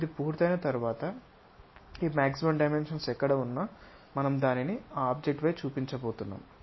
ఇది పూర్తయిన తర్వాత ఈ మాక్సిమమ్ డైమెన్షన్స్ ఎక్కడ ఉన్న మనం దానిని ఆ ఆబ్జెక్ట్ పై చూపించబోతున్నాము